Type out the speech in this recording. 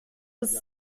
ist